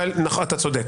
נכון, אתה צודק.